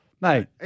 Mate